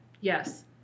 yes